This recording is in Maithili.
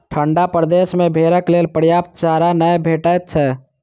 ठंढा प्रदेश मे भेंड़क लेल पर्याप्त चारा नै भेटैत छै